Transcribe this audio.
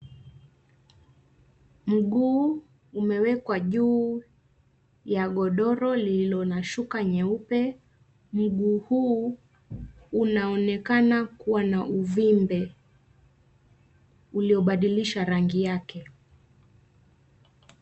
Mguu umewekwa juu ya godoro lililo na shuka nyeupe, mguu huu unaonekana kuwa na uvimbe uliobadilisha rangi yake.